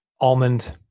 almond